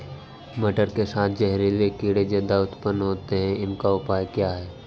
मटर के साथ जहरीले कीड़े ज्यादा उत्पन्न होते हैं इनका उपाय क्या है?